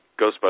Ghostbusters